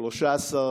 חומש.